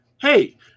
hey